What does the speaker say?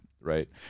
right